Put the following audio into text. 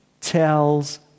tells